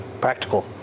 practical